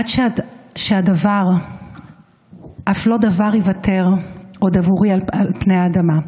עד שאף לא דבר ייוותר עוד עבורי על פני האדמה,